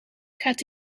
gaat